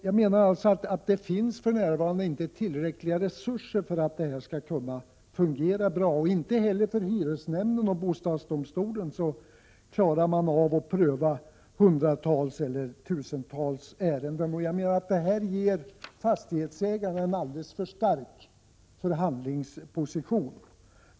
Jag menar att det för närvarande inte finns tillräckliga resurser för att detta skall fungera bra. Inte heller hyresnämnderna eller bostadsdomstolen klarar att pröva hundratals eller tusentals ärenden. Detta ger fastighetsägarna en alldeles för stark förhandlingsposition.